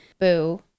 Boo